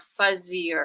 fuzzier